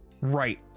right